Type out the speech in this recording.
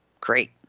Great